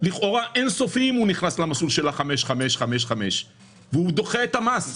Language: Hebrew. לכאורה אינסופי אם הוא נכנס למסלול של ה-5-5-5-5 והוא דוחה את המס,